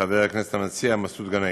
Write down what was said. מסעוד גנאים,